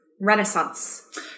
Renaissance